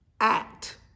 act